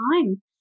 time